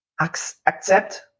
accept